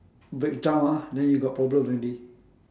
break down ah then you got problem already